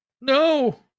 No